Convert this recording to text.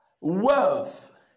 wealth